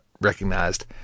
recognized